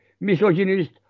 misogynist